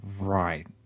Right